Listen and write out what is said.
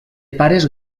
pares